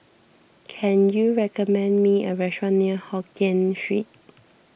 can you recommend me a restaurant near Hokien Street